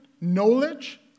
knowledge